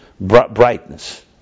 brightness